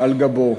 על גבו.